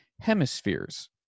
Hemispheres